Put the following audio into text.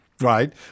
right